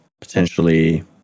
potentially